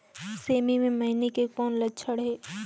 सेमी मे मईनी के कौन लक्षण हे?